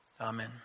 Amen